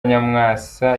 nyamwasa